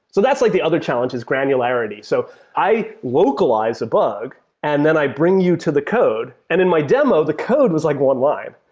so that's like the other challenge, is granularity. so i i localize a bug and then i bring you to the code. and in my demo, the code was like one line.